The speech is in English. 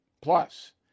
Plus